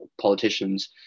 politicians